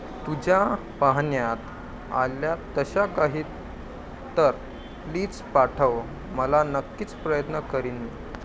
तुझ्या पाहण्यात आल्या तशा काही तर प्लीज पाठव मला नक्कीच प्रयत्न करीन